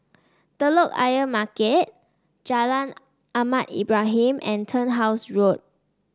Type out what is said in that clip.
Telok Ayer Market Jalan Ahmad Ibrahim and Turnhouse Road